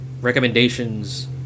recommendations